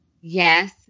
Yes